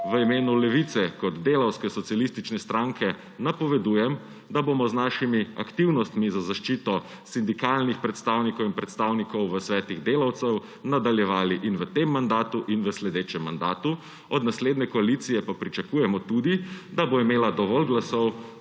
v imenu Levice kot delavske socialistične stranke napovedujem, da bomo z našimi aktivnostmi za zaščito sindikalnih predstavnikov in predstavnic v svetih delavcev nadaljevali in v tem mandatu in v sledečem mandatu. Od naslednje koalicije pa pričakujemo tudi, da bo imela dovolj glasov